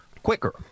quicker